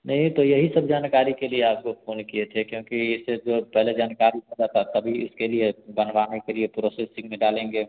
नहीं तो यही सब जानकारी के लिए आपको फ़ोन किए थे क्योंकि इससे जो पहले जानकारी तभी इसके लिए बनवाने के लिए प्रोसेसिंग में डालेंगे